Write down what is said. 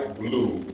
blue